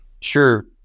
Sure